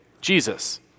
Jesus